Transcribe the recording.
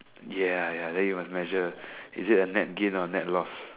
ya ya ya then you must measure is it a net gain or net loss